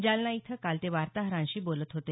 जालना इथं काल ते वार्ताहरांशी बोलत होते